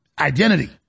identity